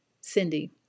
Cindy